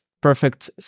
perfect